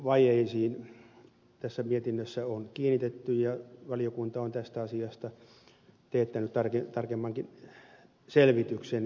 ylipäätään henkilöstövajeisiin tässä mietinnössä on kiinnitetty huomiota ja valiokunta on tästä asiasta teettänyt tarkemmankin selvityksen